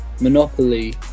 Monopoly